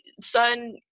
son